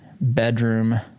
bedroom